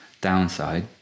downside